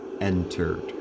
entered